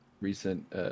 recent